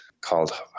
called